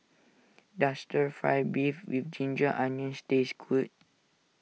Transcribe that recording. does Stir Fry Beef with Ginger Onions taste good